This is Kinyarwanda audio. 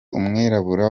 umwirabura